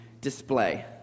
display